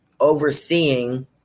overseeing